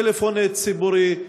טלפון ציבורי,